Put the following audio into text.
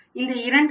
இந்த 2